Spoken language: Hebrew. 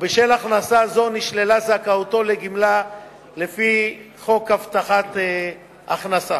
ובשל הכנסה זו נשללה זכאותו לגמלה לפי חוק הבטחת הכנסה.